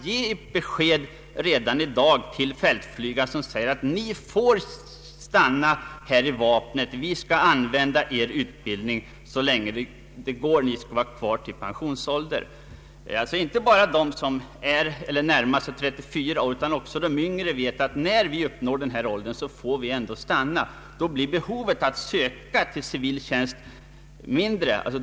Ge ett besked till fältflygarna redan i dag! Säg att de får stanna i vapnet. Vi skall använda deras utbildping så länge det går, och de skall få stanna kvar till pensionsåldern. Inte bara de som närmar sig 34 års ålder utan även de yngre skall veta att när de uppnår 34 års ålder får de stanna. Då blir behovet att söka till civil tjänst mindre.